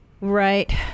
right